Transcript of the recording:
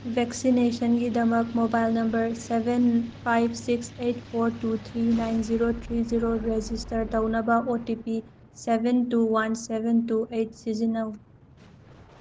ꯚꯦꯛꯁꯤꯅꯦꯁꯟꯒꯤꯗꯃꯛ mobile number seven five six eight four two three nine zero three zero register ꯇꯧꯅꯕ O T P seven two one seven two eight ꯁꯤꯖꯤꯟꯅꯧ